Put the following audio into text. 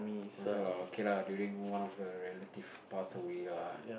also lah okay lah during one the relative pass away lah